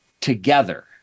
together